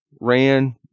ran